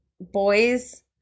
boys